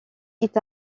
est